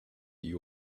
you